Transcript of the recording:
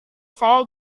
saya